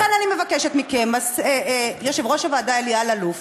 לכן, אני מבקשת מכם: יושב-ראש הוועדה אלי אלאלוף